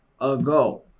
ago